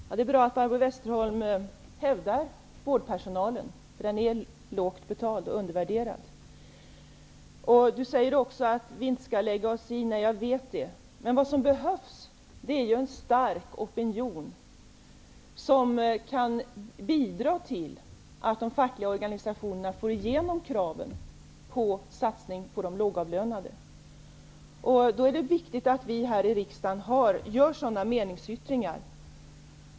Herr talman! Det är bra att Barbro Westerholm hävdar vårdpersonalens intressen. Den är lågt betald och undervärderad. Barbro Westerholm säger också att vi inte skall lägga oss i avtalsförhandlingarna. Jag vet det. Vad som behövs är emellertid en stark opinion, som kan bidra till att de fackliga organisationerna får igenom sina krav på satsningar på de lågavlönade. Det är därför viktigt att vi här i riksdagen kommer med meningsyttringar.